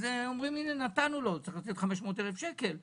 אם צריך לתת 500 אלף שקל לאדם,